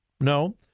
No